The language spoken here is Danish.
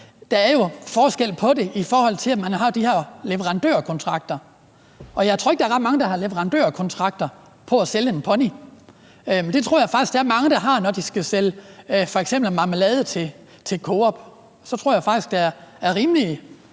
Der er jo forskel på det, i forhold til at man har de her leverandørkontrakter. Jeg tror ikke, der er ret mange, der har leverandørkontrakter på at sælge en pony. Det tror jeg faktisk der er mange der har, når de skal sælge f.eks. marmelade til Coop. Så tror jeg faktisk, der er flersidede